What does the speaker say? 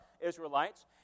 Israelites